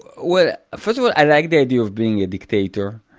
well, first of all i like the idea of being a dictator.